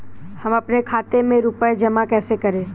हम अपने खाते में रुपए जमा कैसे करें?